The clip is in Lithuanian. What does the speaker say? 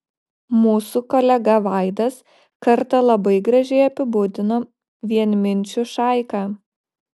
mūsų kolega vaidas kartą labai gražiai apibūdino vienminčių šaika